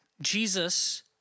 Jesus